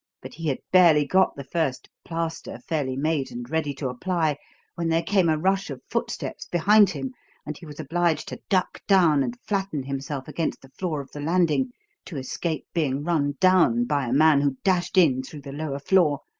but he had barely got the first plaster fairly made and ready to apply when there came a rush of footsteps behind him and he was obliged to duck down and flatten himself against the floor of the landing to escape being run down by a man who dashed in through the lower floor,